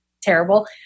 terrible